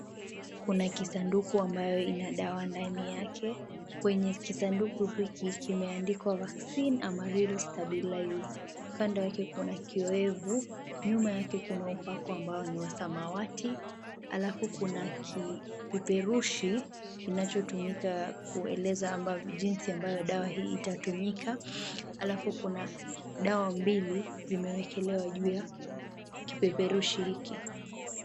Kuna kisanduku ambacho kina dawa ndani yake. Kwenye kisanduku hiki kimeandikwa vaccine ama real stabilize. Kando yake kuna kioevu, nyuma yake kuna upako ambao ni wa samawati. Alafu kuna kipeperushi kinachotumika kueleza jinsi ambavyo dawa hii itatumika. Alafu kuna dawa mbili zimewekelewa juu ya kipeperushi hiki.